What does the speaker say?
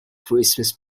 christmas